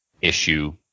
issue